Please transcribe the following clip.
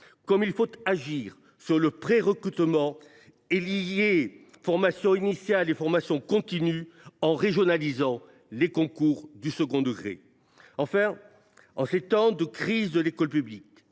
même, il faut agir sur le prérecrutement et lier formation initiale et formation continue en régionalisant les concours du second degré. Enfin, en ces temps de crise de l’école publique,